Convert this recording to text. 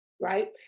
right